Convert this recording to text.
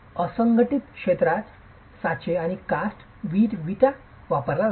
असंघटित क्षेत्रातील साचे आणि कास्ट विटा वापरतात